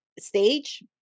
stage